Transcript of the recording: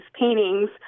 paintings